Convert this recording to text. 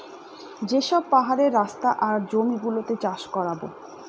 যে সব পাহাড়ের রাস্তা আর জমি গুলোতে চাষ করাবো